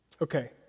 Okay